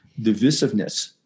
divisiveness